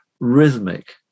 rhythmic